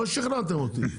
לא שכנעתם אותי.